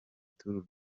tour